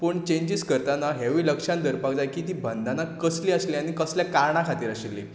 पूण चँजीस करतना हेंवूय लक्षांत दवरपाक जाय की तीं बंधनां कसलीं आसलीं आनी कसल्या कारणां खातीर आशिल्लीं